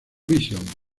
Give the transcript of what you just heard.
vision